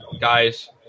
guys